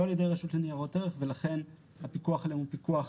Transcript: לא על ידי הרשות לני"ע ולכן הפיקוח עליהם הוא פיקוח